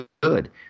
good